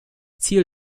ziel